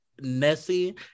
Nessie